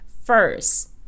first